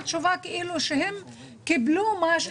אני לא נגד לבחון מחדש,